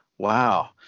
Wow